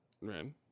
right